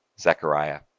Zechariah